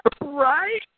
Right